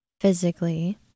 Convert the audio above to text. physically